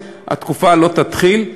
התקופה לא תתחיל,